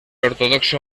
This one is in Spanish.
ortodoxo